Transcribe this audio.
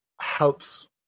helps